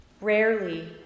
Rarely